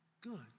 good